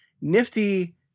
nifty